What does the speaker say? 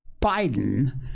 Biden